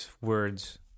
words